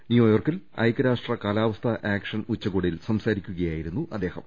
ന്യൂയോർക്കിൽ ഐക്യരാഷ്ട്ര കാലാവസ്ഥാ ആക്ഷൻ ഉച്ചകോടിയിൽ സംസാരിക്കുകയായിരുന്നു അദ്ദേഹം